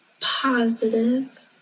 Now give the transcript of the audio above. Positive